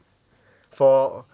for